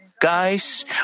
Guys